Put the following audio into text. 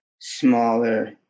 smaller